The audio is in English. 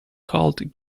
called